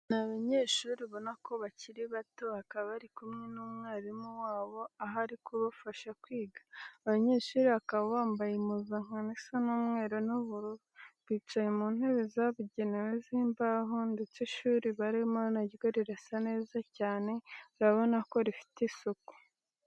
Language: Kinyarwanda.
Ni abanyeshuri ubona ko bakiri bato, bakaba bari kumwe n'umwarimu wabo aho ari kubafasha kwiga. Abo banyeshuri bakaba bambaye impuzankano isa umweru n'ubururu. Bicaye mu ntebe zabugenewe z'imbaho ndetse ishuri barimo na ryo rirasa neza cyane urabona ko rifite isuku.